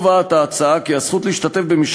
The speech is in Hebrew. אני לא מסתכל בתקווה רבה על השלטון החדש באיראן,